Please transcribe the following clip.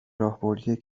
راهبردی